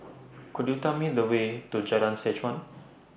Could YOU Tell Me The Way to Jalan Seh Chuan